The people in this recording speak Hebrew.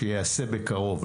שייעשה בקרוב,